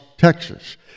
Texas